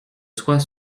soit